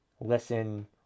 Listen